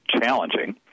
challenging